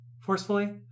forcefully